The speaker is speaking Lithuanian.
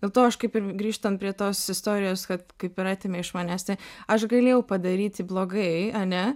dėl to aš kaip ir grįžtant prie tos istorijos kad kaip ir atėmė iš manęs tai aš galėjau padaryti blogai ane